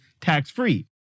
tax-free